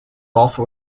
also